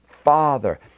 father